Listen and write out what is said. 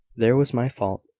there was my fault.